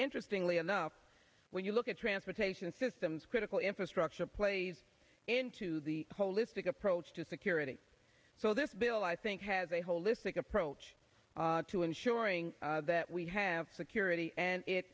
interestingly enough when you look at transportation systems critical infrastructure plays into the holistic approach to security so this bill i think has a holistic approach to ensuring that we have security and it